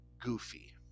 Goofy